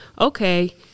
okay